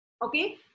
Okay